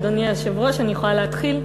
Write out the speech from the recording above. אדוני היושב-ראש, אני יכולה להתחיל?